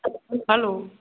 hello